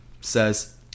says